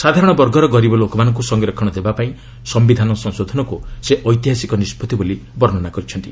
ସାଧାରଣ ବର୍ଗର ଗରିବ ଲୋକମାନଙ୍କୁ ସଂରକ୍ଷଣ ଦେବା ପାଇଁ ସମ୍ଭିଧାନ ସଂଶୋଧନକ୍ର ସେ ଐତିହାସିକ ନିଷ୍ପଭି ବୋଲି ବର୍ଷ୍ଣନା କରିଛନ୍ତି